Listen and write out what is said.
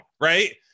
right